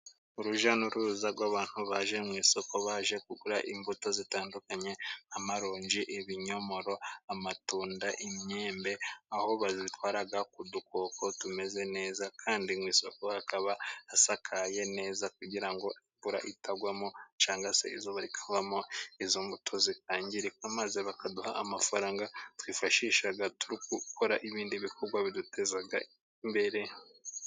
Urujya n'uruza rw'abantu baje mu isoko baje kugura imbuto zitandukanye; amarongi ,ibinyomoro ,amatunda ,inyembe aho bazitwara ku dukoko tumeze neza kandi mu isoko hakaba hasakaye neza kugira ngo imvura itagwamo cyangwa se izuba rikavamo izo mbuto zitangirika maze bakaduha amafaranga twifashisha gukora ibindi bikorwa biduteza imbere.